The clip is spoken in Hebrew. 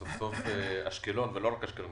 סוף-סוף גם אשקלון ולא רק אשקלון,